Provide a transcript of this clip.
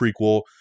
prequel